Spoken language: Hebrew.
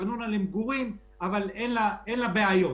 הפתרון לבעיה